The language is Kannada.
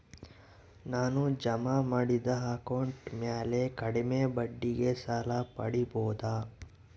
ನಾನು ಜಮಾ ಮಾಡಿದ ಅಕೌಂಟ್ ಮ್ಯಾಲೆ ಕಡಿಮೆ ಬಡ್ಡಿಗೆ ಸಾಲ ಪಡೇಬೋದಾ?